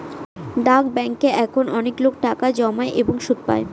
ডাক ব্যাঙ্কে এখন অনেকলোক টাকা জমায় এবং সুদ পাই